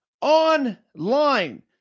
Online